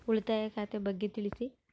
ಉಳಿತಾಯ ಖಾತೆ ಬಗ್ಗೆ ತಿಳಿಸಿ?